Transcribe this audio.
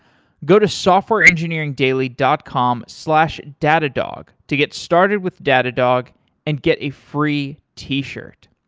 go to softwareengineeringdaily dot com slash datadog to get started with datadog and get a free t-shirt.